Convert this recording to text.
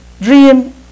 dream